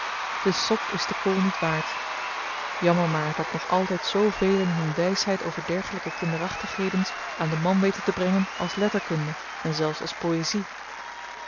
de sop is de kool niet waard jammer maar dat nog altyd zoo velen hun wysheid over dergelyke kinderachtighedens aan den man weten te brengen als letterkunde en zelfs als poëzie